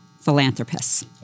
philanthropists